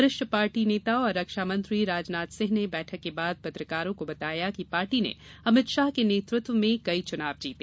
वरिष्ठ पार्टी नेता और रक्षामंत्री राजनाथ सिंह ने बैठक के बाद पत्रकारों को बताया कि पार्टी ने अमित शाह के नेतृत्व में कई चुनाव जीते